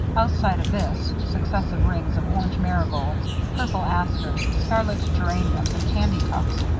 outside of this, successive rings of orange marigolds, purple asters, scarlet geraniums and candytuft,